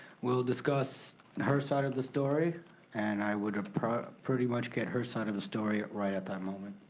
we'll discuss her side of the story and i would pretty much get her side of the story right at that moment.